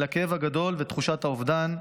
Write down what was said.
את הכאב הגדול ותחושת האובדן,